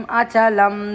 achalam